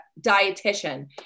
dietitian